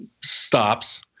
stops